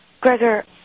Gregor